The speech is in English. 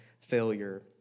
failure